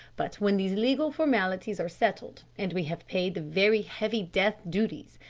but when these legal formalities are settled, and we have paid the very heavy death duties,